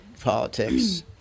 politics